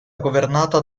governata